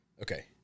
Okay